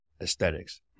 aesthetics